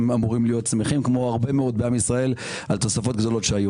אמורים להיות שמחים כמו הרבה מאוד בעם ישראל על תוספות שהיו.